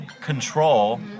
control